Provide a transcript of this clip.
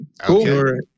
Cool